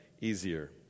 easier